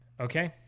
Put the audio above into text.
Okay